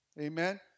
Amen